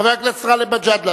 חבר הכנסת גאלב מג'אדלה,